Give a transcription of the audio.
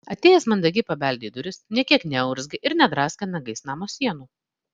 atėjęs mandagiai pabeldė į duris nė kiek neurzgė ir nedraskė nagais namo sienų